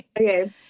Okay